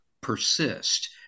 persist